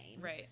Right